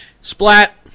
Splat